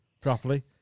properly